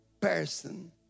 person